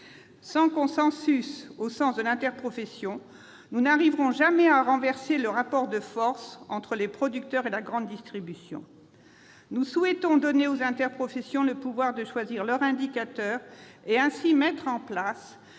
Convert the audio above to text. Sans consensus au sein des interprofessions, nous n'arriverons jamais à renverser le rapport de force entre les producteurs et la grande distribution. Nous souhaitons donner aux interprofessions le pouvoir de choisir leurs indicateurs et ainsi mettre en place